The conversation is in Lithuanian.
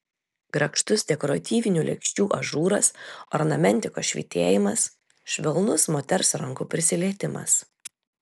grakštus dekoratyvinių lėkščių ažūras ornamentikos švytėjimas švelnus moters rankų prisilietimas